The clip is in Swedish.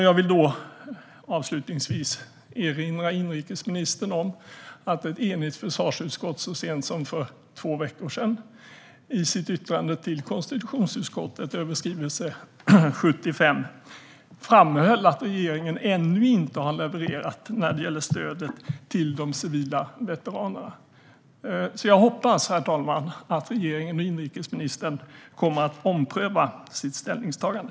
Jag vill då avslutningsvis erinra inrikesministern om att ett enigt försvarsutskott så sent som för två veckor sedan i sitt yttrande till konstitutionsutskottet över skrivelse 75 framhöll att regeringen ännu inte har levererat när det gäller stödet till de civila veteranerna. Jag hoppas, herr talman, att regeringen och inrikesministern kommer att ompröva sitt ställningstagande.